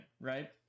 right